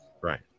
Right